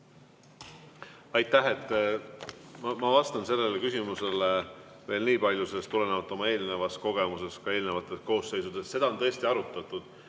Aitäh! Ma vastan sellele küsimusele veel nii palju tulenevalt oma eelnevast kogemusest ka eelnevates koosseisudes: seda on tõesti arutatud